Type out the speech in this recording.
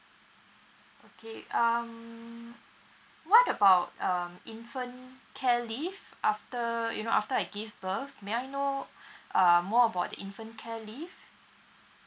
okay um what about um infant um care leave after you know after I gave birth may I know uh more about the infant care leave